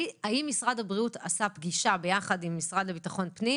האם משרד הבריאות עשה פגישה יחד עם המשרד לביטחון פנים